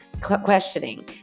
questioning